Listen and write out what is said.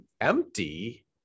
empty